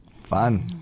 fun